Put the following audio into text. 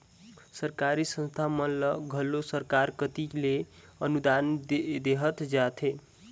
सरकारी संस्था मन ल घलो सरकार कती ले अनुदान देहल जाथे